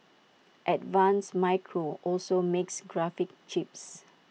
advanced micro also makes graphics chips